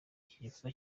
igikorwa